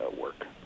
work